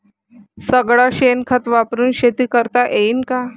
सगळं शेन खत वापरुन शेती करता येईन का?